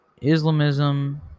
Islamism